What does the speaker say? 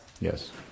Yes